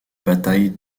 bataille